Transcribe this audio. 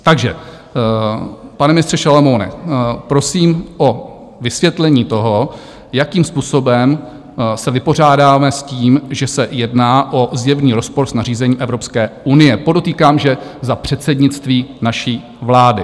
Takže, pane ministře Šalomoune, prosím o vysvětlení toho, jakým způsobem se vypořádáme s tím, že se jedná o zjevný rozpor s nařízením Evropské unie, podotýkám, že za předsednictví naší vlády.